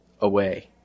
away